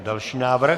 Další návrh.